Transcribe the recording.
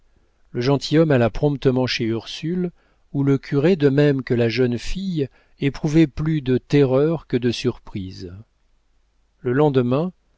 le gentilhomme alla promptement chez ursule où le curé de même que la jeune fille éprouvait plus de terreur que de surprise le lendemain